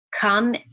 come